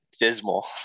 Dismal